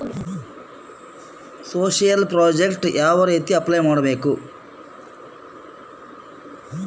Social project ಯಾವ ರೇತಿ apply ಮಾಡಬೇಕು?